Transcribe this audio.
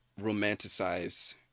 romanticize